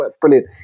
brilliant